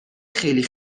خیلی